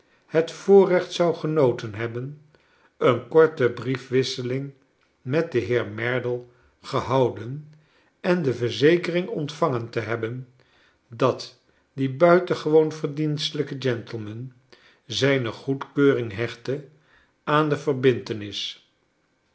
het voorrecht zou genoten hebben een korte briefwisseling met den heer merdle gehouden en de verzekering ontvangen te hebben dat die buitengewoon verdienstelijke gentleman zijne goedkeuring hechtte aan de verbintenis